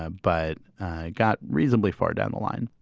ah but got reasonably far down the line.